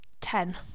Ten